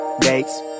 Dates